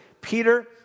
Peter